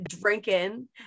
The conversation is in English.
drinking